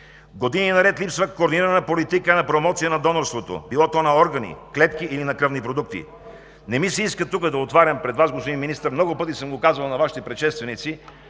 Години наред липсва координирана политика на промоция на донорството – било то на органи, клетки или на кръвни продукти. Не ми се иска да отварям пред Вас, господин Министър, много пъти съм го казвал на Вашите предшественици,